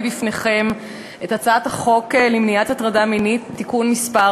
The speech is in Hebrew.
בפניכם את הצעת חוק למניעת הטרדה מינית (תיקון מס'